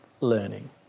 learning